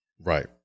Right